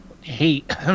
hate